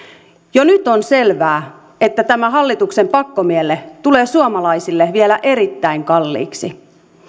jo nyt on selvää että tämä hallituksen pakkomielle tulee suomalaisille vielä erittäin kalliiksi